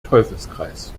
teufelskreis